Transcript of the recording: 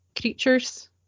creatures